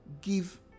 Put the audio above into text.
give